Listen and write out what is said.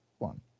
one